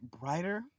brighter